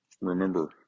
remember